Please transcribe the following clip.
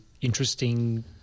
Interesting